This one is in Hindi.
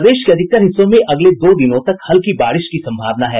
प्रदेश के अधिकतर हिस्सों में अगले दो दिनों तक हल्की बारिश की संभावना है